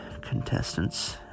contestants